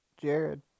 Jared